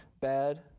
bad